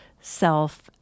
self